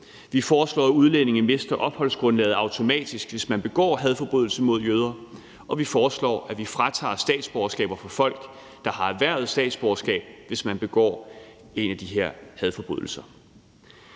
Vi foreslår, at udlændinge mister opholdsgrundlaget automatisk, hvis de begår hadforbrydelser mod jøder, og vi foreslår, at vi fratager statsborgerskaber fra folk, der har erhvervet statsborgerskab, hvis de begår en af de her hadforbrydelser.